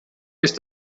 ist